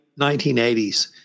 1980s